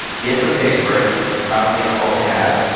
get some paper, and you'll probably need a whole pad,